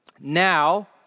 now